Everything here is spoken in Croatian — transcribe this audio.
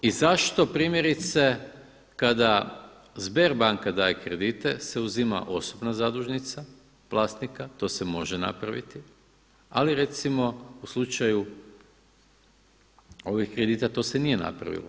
I zašto primjerice kada Sberbanka daje kredite se uzima osobna zadužnica vlasnika, to se može napraviti, ali recimo u slučaju ovih kredita to se nije napravilo.